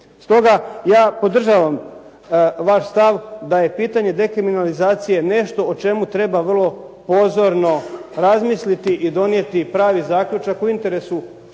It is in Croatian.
Stoga ja podržavam vaš stav da je pitanje dekriminalizacije nešto o čemu treba vrlo pozorno razmisliti i donijeti pravi zaključak u interesu djece